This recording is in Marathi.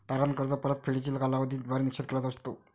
तारण कर्ज परतफेडीचा कालावधी द्वारे निश्चित केला जातो